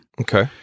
Okay